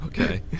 Okay